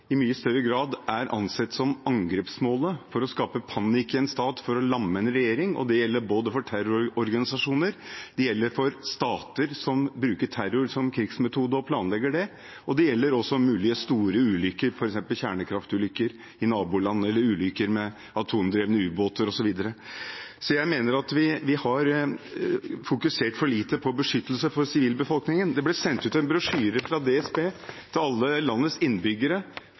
i mye større grad er ansett som angrepsmål for å skape panikk i en stat for å lamme en regjering. Det gjelder både for terrororganisasjoner og for stater som bruker terror som krigsmetode og planlegger for det. Det gjelder også for store, mulige ulykker, f.eks. kjernekraftulykker i naboland, eller ulykker med atomdrevne ubåter osv. Jeg mener vi har fokusert for lite på beskyttelse av sivilbefolkningen. Det ble sendt ut en brosjyre fra DSB til alle landets innbyggere